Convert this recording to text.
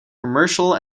commercial